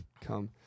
come